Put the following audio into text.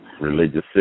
religious